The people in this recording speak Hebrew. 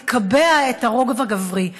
נקבע את הרוב הגברי.